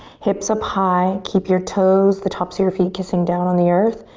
hips up high. keep your toes, the tops of your feet kissing down on the earth.